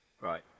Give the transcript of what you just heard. Right